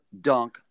dunk